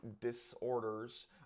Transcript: disorders